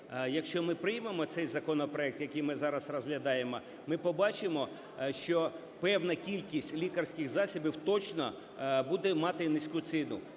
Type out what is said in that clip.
якщо ми приймемо цей законопроект, який ми зараз розглядаємо, ми побачимо, що певна кількість лікарських засобів точно буде мати низьку ціну.